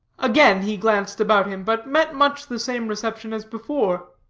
again he glanced about him, but met much the same reception as before.